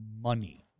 money